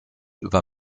über